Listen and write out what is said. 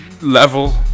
level